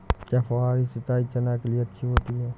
क्या फुहारी सिंचाई चना के लिए अच्छी होती है?